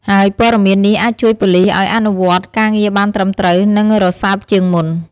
ហើយព័ត៌មាននេះអាចជួយប៉ូលិសឱ្យអនុវត្តការងារបានត្រឹមត្រូវ និងរសើបជាងមុន។